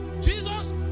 Jesus